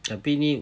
tapi ni